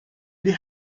the